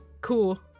cool